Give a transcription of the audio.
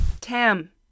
Tam